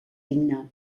digne